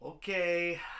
Okay